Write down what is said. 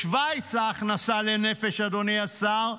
בשווייץ ההכנסה לנפש, אדוני השר,